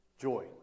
Joy